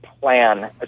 plan